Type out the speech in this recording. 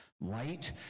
light